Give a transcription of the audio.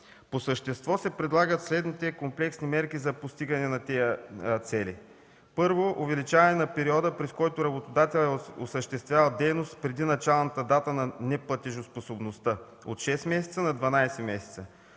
По същество се предлагат следните комплексни мерки за постигане на тези цели: 1. Увеличаване на периода, през който работодателят осъществява дейност преди началната дата на неплатежоспособността от 6 на 12 месеца,